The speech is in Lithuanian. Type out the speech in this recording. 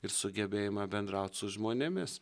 ir sugebėjimą bendraut su žmonėmis